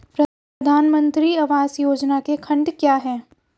प्रधानमंत्री आवास योजना के खंड क्या हैं?